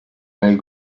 nel